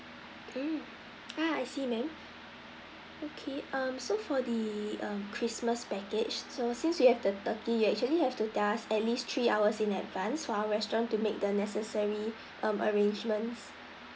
mm ah I see ma'am okay um so for the um christmas package so since you have the turkey you actually have to tell us at least three hours in advance for our restaurant to make the necessary um arrangements